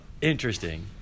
interesting